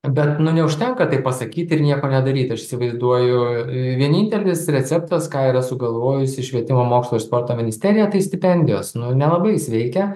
bet nu neužtenka taip pasakyti ir nieko nedaryti aš įsivaizduoju vienintelis receptas ką yra sugalvojusi švietimo mokslo ir sporto ministerija tai stipendijos nu nelabai veikia